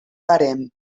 barem